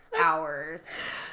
hours